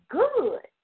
good